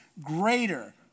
greater